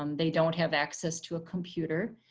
um they don't have access to a computer.